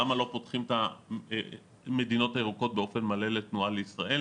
למה לא פותחים את המדינות הירוקות באופן מלא לתנועה לישראל,